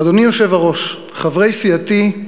אדוני היושב-ראש, חברי סיעתי,